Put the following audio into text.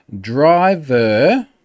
driver